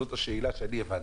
זאת השאלה שאני הבנתי.